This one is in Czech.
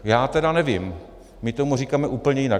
Já tedy nevím, my tomu říkáme úplně jinak.